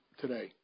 today